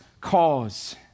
cause